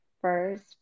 first